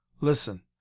listen